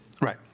Right